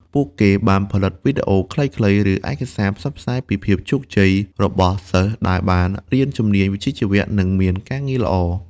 ពួកគេបានផលិតវីដេអូខ្លីៗ ឬឯកសារផ្សព្វផ្សាយពីភាពជោគជ័យរបស់សិស្សដែលបានរៀនជំនាញវិជ្ជាជីវៈ និងមានការងារល្អ។